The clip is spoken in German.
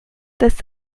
des